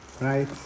right